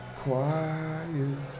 quiet